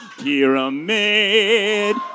pyramid